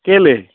কেলৈ